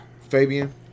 Fabian